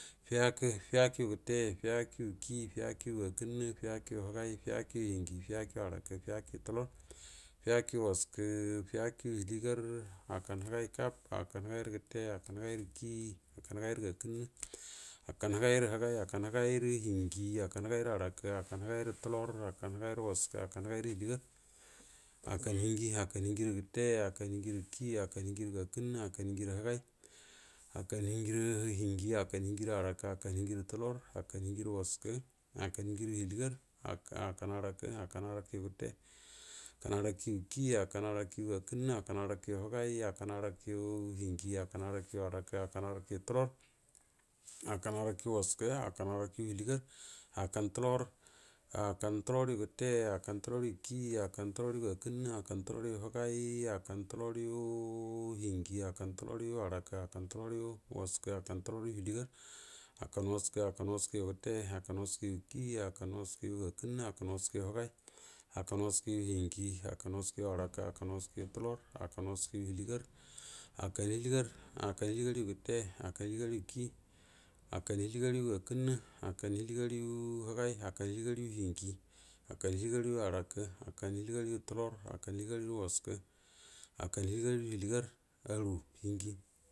Fiəakə, fiəakə yu gəta fizako kiyi fijakə go akonno fiəakiyi həgay fiəakoyu konjiey fiəa kə həara kə fiəakoyu tulor, fiarkəyu wəaskə, fiəakoya həliegar, hakan hogay kaf hakan həgayro gote, hakan gəgay yuk iyi, hakan həgay gəakənnə hakan hogay yu həgay, hakan həgayu hiənjjiə, hakan həgay həarakə, hakan hhəgay tular hakan həgay weaskə, hakan həgay həliegar, hakan hinjie hakan hinjie rə gəte, hakan hinjie rə kiyi, hakan hinjiə gəakənnə, hakan hinhie rə həgay, hakan hienji e rə hienjier hakan hienjie həoara ko, hakan hienhie ro tulor, hakan hiennjie re wəaskə, bakan hienjie helie gas, hakan hearakə, hakan həara kə ro gəte, hakan həarakə kiyi, hakan həarakə rə gəa kənnə, nakan həarakəru həgay, hakan hrarakərə hjenjie, hank an həa rakə həarakə, haka həarakon tulor, hakan həara kəro wzaske hakamn həarakəro həliegaar, hakan tulor yuk iyi, hakan tulor gra kənnə, hakan tular yu həgay hakan tu lar hienjie, hakan tulor yu həara kə, hakan tyla tular, hakar tular wəaskə hakan tu lar yu həliegar hakan wəaskv, hakan wəaskə yu gətə, hakan wəaskə yuk iyi hakan wəas kyu gəa kennəy hakan wrasska yu həgay, hakan yu bəarakə, hakan wəaskə tular, hakan wəakə yu wəaskə hakam wəaskəyu həli egar, hakam hieliegar, ha kan hilisgaryu gote hakar holiegar yuk iyi makan hiliegur yu gəar kənnaə, hakan hieligas yu hienjie gakan hielie liergaryu həraka, hakar hiliegarya tular, hakan hieliegar yu wəaskə, hakan hiliengar yu hiliegar yu hiliegar, gruə hinjie.